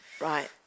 Right